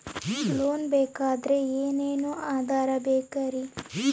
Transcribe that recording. Loan ಬೇಕಾದ್ರೆ ಏನೇನು ಆಧಾರ ಬೇಕರಿ?